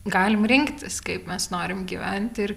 galim rinktis kaip mes norim gyventi ir